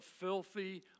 filthy